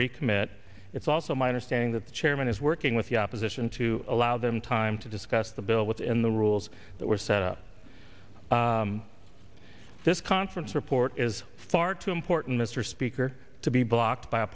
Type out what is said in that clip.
recommit it's also my understanding that the chairman is working with the opposition to allow them time to discuss the bill within the rules that were set up this conference report is far too important mr speaker to be blocked by a